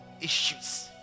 issues